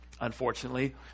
unfortunately